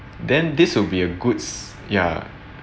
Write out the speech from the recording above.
then this will be a goods ya